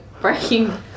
breaking